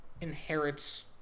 inherits